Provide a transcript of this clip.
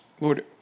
Lord